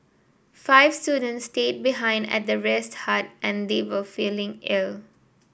five students stayed behind at the rest hut as they were feeling ill